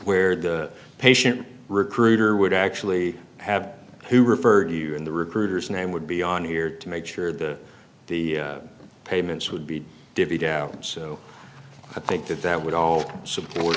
where the patient recruiter would actually have who referred you in the recruiter's name would be on here to make sure that the payments would be divvied out and so i think that that would all support